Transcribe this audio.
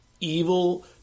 evil